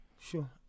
Sure